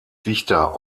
dichter